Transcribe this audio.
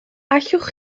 allwch